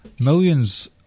millions